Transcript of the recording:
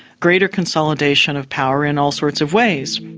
greater consolidation of power in all sorts of ways.